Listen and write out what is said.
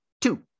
two